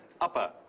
upper